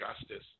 justice